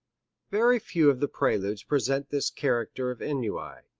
very few of the preludes present this character of ennui,